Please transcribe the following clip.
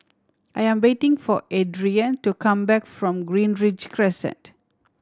I am waiting for Adrien to come back from Greenridge Crescent